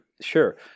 sure